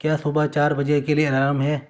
کیا صبح چار بجے کے کیے الارم ہے